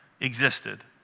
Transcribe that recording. existed